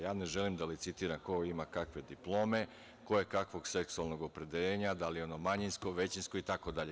Ja ne želim da licitiram ko ima kakve diplome, ko je kakvog seksualnog opredeljenja, da li je ono manjinsko, većinsko itd.